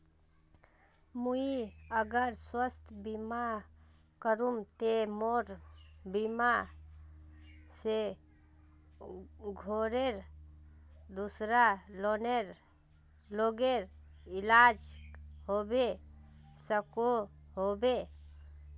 मुई अगर स्वास्थ्य बीमा करूम ते मोर बीमा से घोरेर दूसरा लोगेर इलाज होबे सकोहो होबे?